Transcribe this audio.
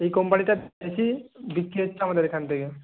এই কোম্পানিটা বেশি বিক্রি হচ্ছে আমাদের এখান থেকে